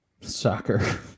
soccer